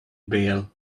bail